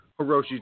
Hiroshi